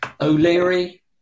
O'Leary